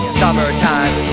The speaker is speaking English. summertime